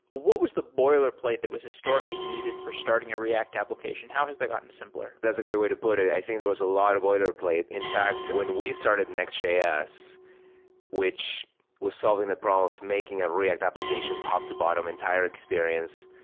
what was the boiler plate that was historically needed for starting a react application? how has that gotten simpler? that's a great way to put it. i think there was a lot of boiler plate. in fact, when we started nextjs, which was solving the problem of making a react application top to bottom entire experience,